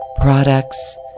products